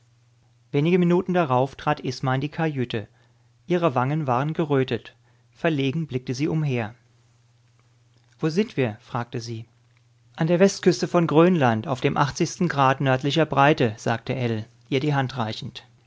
wenige minuten darauf trat isma in die kajüte ihre wangen waren gerötet verlegen blickte sie umher wo sind wir fragte sie an der westküste von grönland auf dem achtzigsten grad nördlicher breite sagte ell ihr die hand reichend